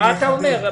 מה אתה אומר?